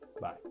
Bye